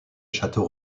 château